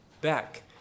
back